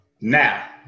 now